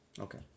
Okay